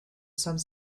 some